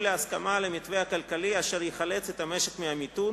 להסכמה על המתווה הכלכלי אשר יחלץ את המשק מהמיתון